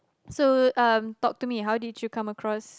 so um talk to me how did you come across